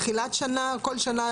בתחילת שנה, כל שנה?